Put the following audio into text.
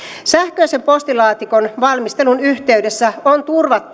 sähköisen postilaatikon valmistelun yhteydessä on turvattava lain tasolla